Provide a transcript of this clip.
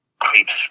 creeps